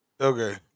Okay